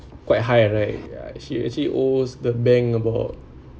quite high right she actually owes the bank about